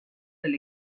del